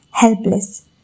Helpless